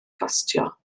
gostio